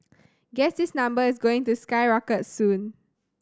guess this number is going to skyrocket soon